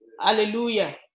Hallelujah